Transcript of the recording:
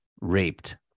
raped